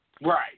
Right